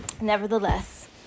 Nevertheless